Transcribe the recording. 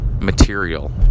material